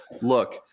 look